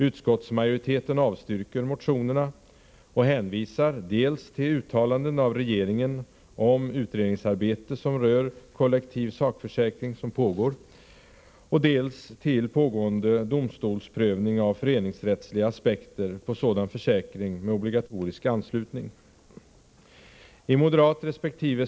Utskottsmajoriteten avstyrker motionerna och hänvisar dels till uttalanden av regeringen om pågående utredningsarbete som rör kollektiv sakförsäkring, dels till pågående domstolsprövning av föreningsrättsliga aspekter på sådan försäkring med obligatorisk anslutning. I moderatresp.